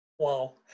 Wow